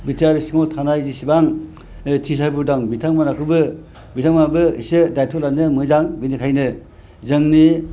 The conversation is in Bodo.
बिटिआरनि सिङाव थानाय जिसेबां टिचारफोर दं बिथांमोनाबो एसे दायथ' लादो मोजां बेनिखायनो जोंनि